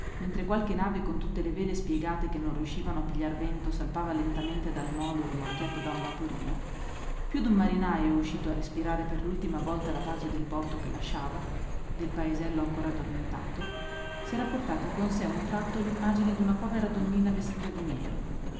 mentre qualche nave con tutte le vele spiegate che non riuscivano a pigliar vento salpava lentamente dal molo rimorchiata da un vaporino più d'un marinajo uscito a respirare per l'ultima volta la pace del porto che lasciava del paesello ancora addormentato s'era portata con sé un tratto l'immagine d'una povera donnina vestita di nero